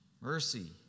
mercy